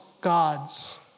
gods